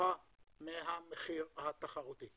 גבוהה מהמחיר התחרותי.